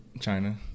china